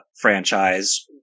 franchise